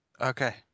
okay